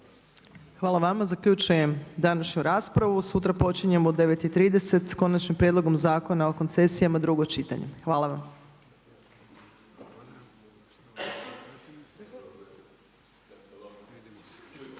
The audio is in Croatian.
Hvala vama. Zaključujem današnju raspravu. Sutra počinjemo u 9,30 s Konačnim prijedlogom Zakona o koncesijama, drugo čitanje. Hvala vam.